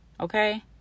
okay